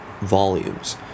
volumes